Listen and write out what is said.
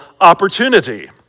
opportunity